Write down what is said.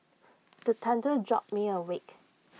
the thunder jolt me awake